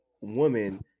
woman